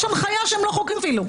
יש הנחיה שהם לא חוקרים אפילו.